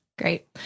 Great